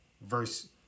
verse